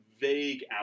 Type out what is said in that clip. vague